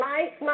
Mike